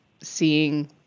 seeing